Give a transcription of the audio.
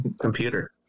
Computer